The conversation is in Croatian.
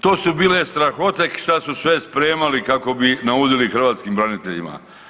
To su bile strahote šta su sve spremali kako bi naudili hrvatskim braniteljima.